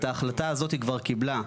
את ההחלטה הזאת כבר קיבלה,